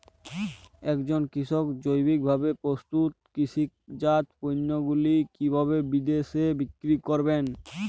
একজন কৃষক জৈবিকভাবে প্রস্তুত কৃষিজাত পণ্যগুলি কিভাবে বিদেশে বিক্রি করবেন?